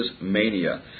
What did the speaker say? mania